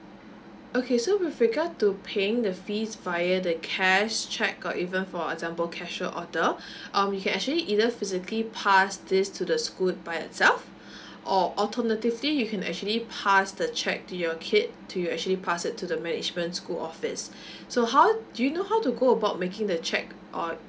okay so with regard to paying the fees via the cash cheque got even for example cashier order um you can actually either physically pass this to the school by itself or alternatively you can actually pass the cheque to your kid to your actually pass it to the management school office so how do you know how to go about making the cheque or